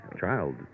Child